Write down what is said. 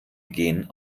gen